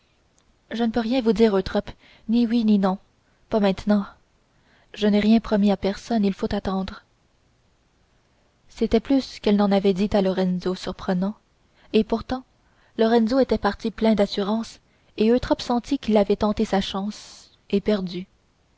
je ne peux rien vous dire eutrope ni oui ni non pas maintenant je n'ai rien promis à personne il faut attendre c'était plus qu'elle n'en avait dit à lorenzo surprenant et pourtant lorenzo était parti plein d'assurance et eutrope sentit qu'il avait tenté sa chance et perdu